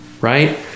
right